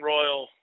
Royal